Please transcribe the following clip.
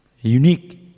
unique